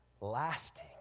lasting